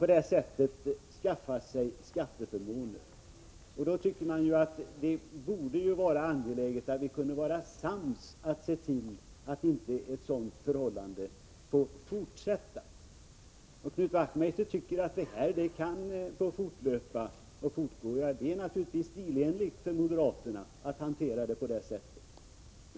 På det sättet skaffar de sig skatteförmåner. Man tycker att vi då borde kunna bli sams om att se till att detta inte får fortsätta. Knut Wachtmeister tycker att detta kan få fortgå. Det är naturligtvis stilenligt för moderaterna att hantera saken på det sättet.